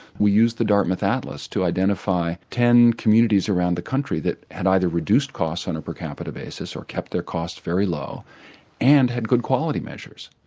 we use the dartmouth atlas to identify ten communities around the country that had either reduced costs on a per capita basis or kept their costs very low and had good quality measures.